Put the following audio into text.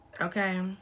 Okay